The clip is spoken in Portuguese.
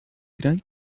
grand